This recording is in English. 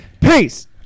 Peace